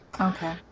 Okay